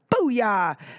Booyah